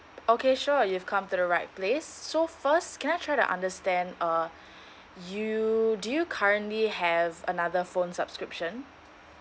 okay sure you've come to the right place so first can I try to understand uh you do you currently have another phone subscription